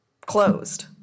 closed